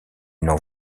n’en